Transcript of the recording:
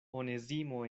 onezimo